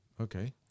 Okay